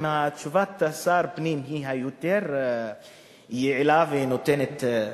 אם תשובת שר הפנים היא היותר-יעילה ונותנת,